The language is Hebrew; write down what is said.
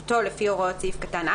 אפוטרופסות של הורה שהורשע ברצח או ניסיון